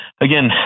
again